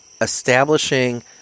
establishing